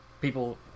people